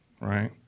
right